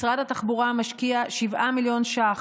משרד התחבורה משקיע 7 מיליון ש"ח,